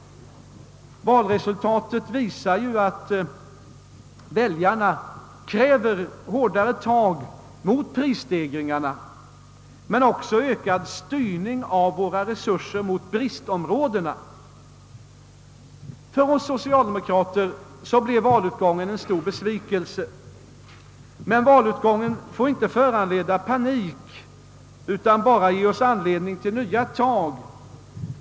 Valresultatet visar ju att väljarna kräver hårdare tag mot prisstegringarna men också ökad styrning av våra resurser till bristområdena. För oss socialdemokrater blev valutgången en stor besvikelse. Men valutgången får inte föranleda panik utan bara ge oss anledning att ta nya tag.